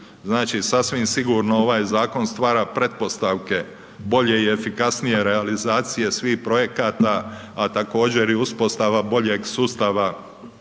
Znači, sasvim sigurno ovaj Zakon stvara pretpostavke bolje i efikasnije realizacije svih projekata, a također i uspostava boljeg sustava